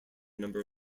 number